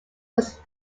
was